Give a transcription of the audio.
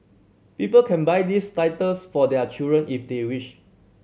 people can buy these titles for their children if they wish